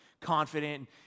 confident